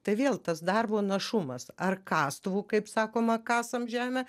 tai vėl tas darbo našumas ar kastuvu kaip sakoma kasam žemę